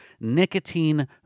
nicotine